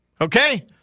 okay